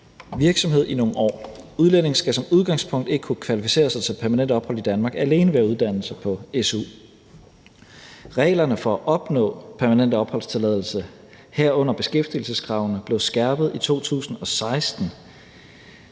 virksomhed i nogle år. Udlændinge skal som udgangspunkt ikke kunne kvalificere sig til permanent ophold i Danmark alene ved at uddanne sig på su. Reglerne for at opnå permanent opholdstilladelse, herunder beskæftigelseskravene, blev skærpet i 2016.